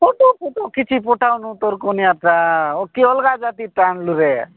photo photo ତ କିଛି ପଠାଉନୁ ତୋର କନିଆ ଓ କେ ଅଲଗା ଜାତି ଆଣିଲୁରେ